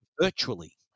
virtually